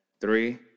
three